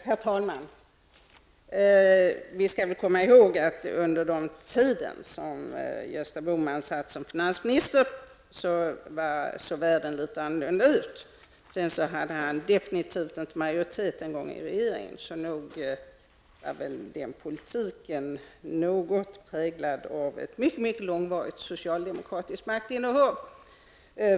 Herr talman! Vi skall komma ihåg att världen såg annorlunda ut under den tid som Gösta Bohman var finansminister. Vidare hade han definitivt inte majoritet, inte ens i regeringen, så nog var den politiken något präglad av ett mycket långvarigt socialdemokratiskt maktinnehav.